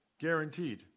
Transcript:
guaranteed